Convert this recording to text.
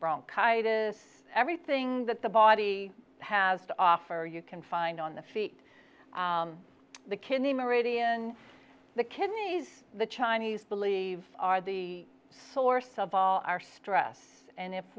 bronchitis everything that the body has to offer you can find on the feet the kidney meridian the kidneys the chinese believe are the source of all our stress and if